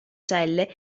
celle